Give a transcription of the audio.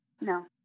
No